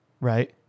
right